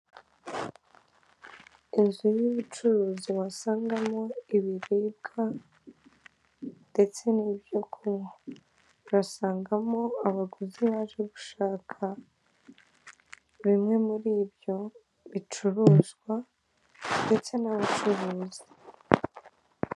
Inzu y'ubucuruzi wasangamo ibiribwa ndetse n'ibyo kunywa. Urasangamo abaguzi baje gushaka bimwe muri ibyo bicuruzwa ndetse n'abacuruzi.